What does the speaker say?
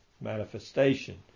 manifestation